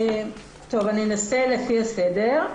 טוב, אני אנסה לפי הסדר.